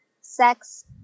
sex